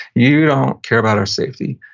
you don't care about our safety.